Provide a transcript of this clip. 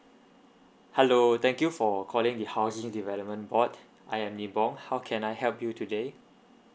hello thank you for calling the housing development board I am yvon how can I help you today